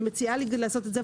אני מציעה להפריד.